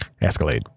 Escalade